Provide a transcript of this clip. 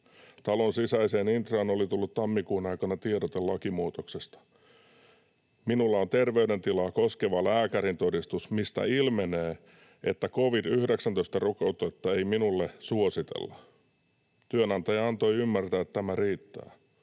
Talon sisäiseen intraan oli tullut tammikuun aikana tiedote lakimuutoksesta. Minulla on terveydentilaa koskeva lääkärintodistus, mistä ilmenee, että covid-19-rokotetta ei minulle suositella. Työnantaja antoi ymmärtää, että tämä riittää.